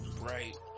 right